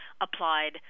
applied